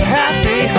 happy